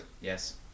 Yes